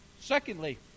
Secondly